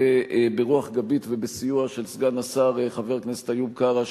ברוח גבית ובסיוע של סגן השר חבר הכנסת איוב קרא,